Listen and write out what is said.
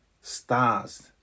stars